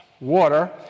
water